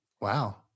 Wow